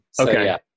Okay